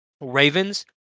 Ravens